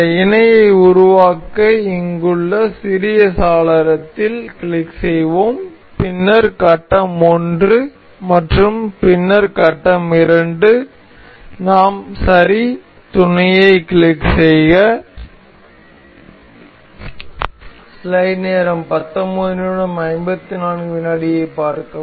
இந்த இணையை உருவாக்க இங்குள்ள சிறிய சாளரத்தில் கிளிக் செய்வோம் பின்னர் கட்டம் 1 மற்றும் பின்னர் கட்டம் 2 நாம் சரி துணையை கிளிக் செய்க